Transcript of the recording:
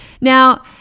Now